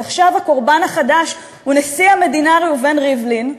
אז עכשיו הקורבן החדש הוא נשיא המדינה ראובן ריבלין,